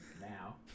Now